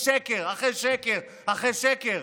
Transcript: שקר אחרי שקר אחרי שקר.